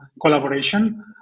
collaboration